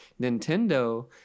Nintendo